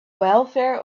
welfare